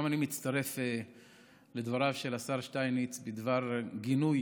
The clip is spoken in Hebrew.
גם אני מצטרף לדבריו של השר שטייניץ בדבר גינוי